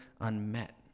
unmet